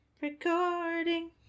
recording